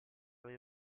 mia